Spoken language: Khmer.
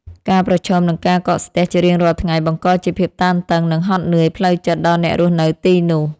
ការប្រឈមនឹងការកកស្ទះជារៀងរាល់ថ្ងៃបង្កជាភាពតានតឹង និងហត់នឿយផ្លូវចិត្តដល់អ្នករស់នៅទីនោះ។